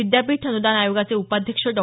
विद्यापीठ अनुदान आयोगाचे उपाध्यक्ष डॉ